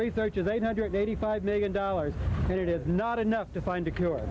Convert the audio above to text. research is eight hundred eighty five million dollars it is not enough to find a cure